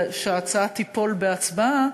וההצעה תיפול בהצבעה,